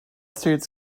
states